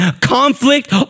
conflict